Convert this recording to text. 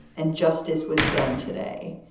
and justice was done today.